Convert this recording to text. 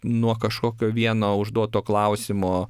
nuo kažkokio vieno užduoto klausimo